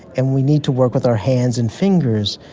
and we need to work with our hands and fingers.